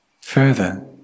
further